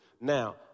Now